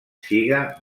siga